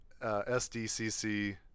SDCC